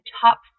top